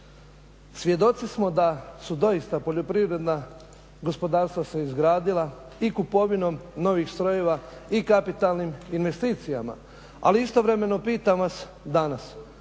Svjedoci smo da su doista poljoprivredna gospodarstva se izgradila i kupovinom novih strojeva i kapitalnim investicijama, ali istovremeno pitam vas danas,